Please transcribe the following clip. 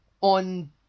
on